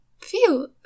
feel